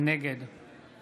נגד